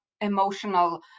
emotional